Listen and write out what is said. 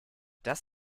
das